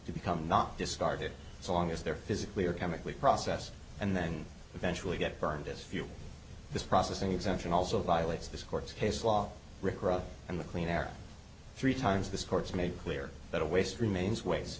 to become not discarded so long as they're physically or chemically processed and then eventually get burned if you this processing exemption also violates this court's case law and the clean air three times this court's made clear that a waste remains ways